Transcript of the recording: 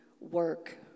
Work